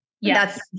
Yes